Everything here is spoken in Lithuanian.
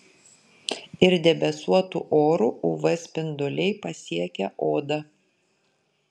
ir debesuotu oru uv spinduliai pasiekia odą